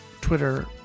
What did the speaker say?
Twitter